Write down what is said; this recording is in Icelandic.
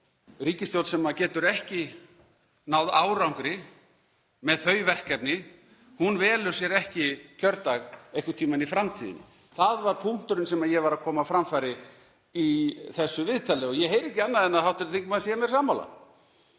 ríkisstjórn sem getur ekki náð árangri með þau verkefni velur sér ekki kjördag einhvern tímann í framtíðinni. Það var punkturinn sem ég var að koma á framfæri í þessu viðtali og ég heyri ekki annað en að hv. þingmaður sé mér sammála.